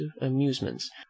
amusements